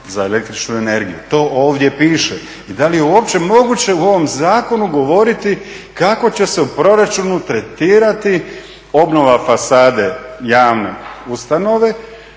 za električnu energiju. To ovdje piše i da li je uopće moguće u ovom zakonu govoriti kako će se u proračunu tretirati obnova fasade javne ustanove,